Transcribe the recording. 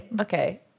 Okay